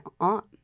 aunt